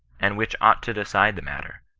and which ought to decide the matter,